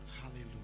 Hallelujah